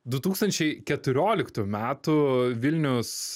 du tūkstančiai keturioliktų metų vilnius